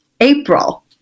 April